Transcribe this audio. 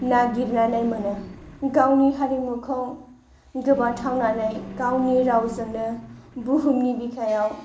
नागिरनानै मोनो गावनि हारिमुखौ गोबाथारनानै गावनि रावजोंनो बुहुमनि बिखायाव